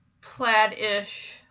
plaid-ish